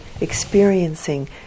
experiencing